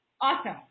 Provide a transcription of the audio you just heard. Awesome